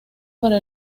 para